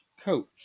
Coach